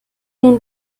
nun